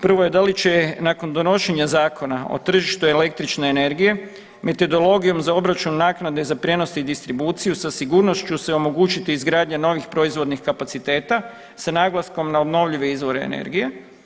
Prvo je, da li će nakon donošenja Zakona o tržištu električne energije metodologijom za obračun naknade za prijenos i distribuciju sa sigurnošću se omogućiti izgradnja novih proizvodnih kapaciteta sa naglaskom na obnovljive izvore energije?